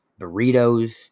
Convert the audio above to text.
burritos